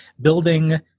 building